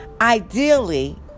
Ideally